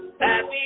happy